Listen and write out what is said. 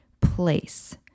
place